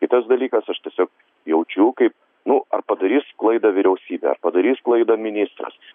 kitas dalykas aš tiesiog jaučiu kaip nu ar padarys klaidą vyriausybė ar padarys klaidą ministras